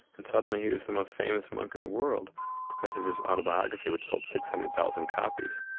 and suddenly he was the most famous monk in the world because of his autobiography, which sold six hundred thousand copies,